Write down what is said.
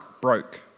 broke